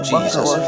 Jesus